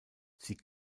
sie